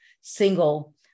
single